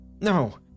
No